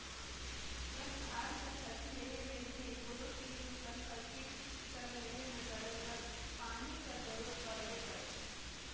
बस धान कर फसिल लेहे में ही नई कोनोच किसिम कर फसिल कर लेहे में सरलग पानी कर जरूरत परबे करथे